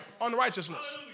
unrighteousness